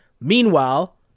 Meanwhile